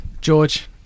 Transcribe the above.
george